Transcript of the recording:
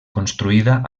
construïda